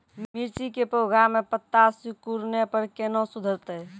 मिर्ची के पौघा मे पत्ता सिकुड़ने पर कैना सुधरतै?